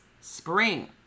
spring